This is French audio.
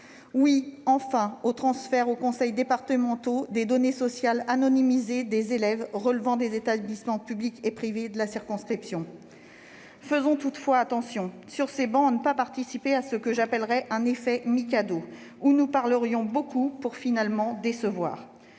Oui, enfin, au transfert aux conseils départementaux des données sociales anonymisées des élèves relevant des établissements publics et privés de la circonscription. Faisons toutefois attention, mes chers collègues, de ne pas participer à ce que j'appellerai un effet mikado, c'est-à-dire beaucoup parler pour finalement décevoir.